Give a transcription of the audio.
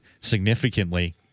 significantly